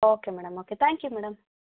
okay madam okay thank you madam